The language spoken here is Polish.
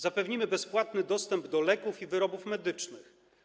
Zapewnimy bezpłatny dostęp do leków i wyrobów medycznych.